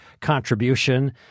contribution